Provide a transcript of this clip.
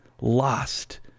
lost